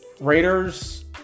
Raiders